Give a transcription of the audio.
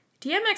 DMX